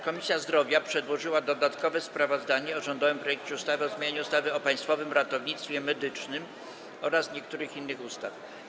Komisja Zdrowia przedłożyła dodatkowe sprawozdanie o rządowym projekcie ustawy o zmianie ustawy o Państwowym Ratownictwie Medycznym oraz niektórych innych ustaw.